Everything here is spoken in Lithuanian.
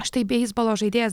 štai beisbolo žaidėjas